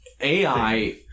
AI